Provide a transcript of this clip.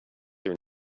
are